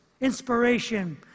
inspiration